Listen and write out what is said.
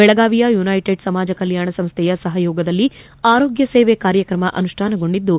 ಬೆಳಗಾವಿಯ ಯನ್ನೆಟೆಡ್ ಸಮಾಜ ಕಲ್ನಾಣ ಸಂಸ್ವೆಯ ಸಹಯೋಗದಲ್ಲಿ ಆರೋಗ್ಯ ಸೇವೆ ಕಾರ್ಯಕ್ರಮ ಅನುಷ್ಠಾನಗೊಂಡಿದ್ದು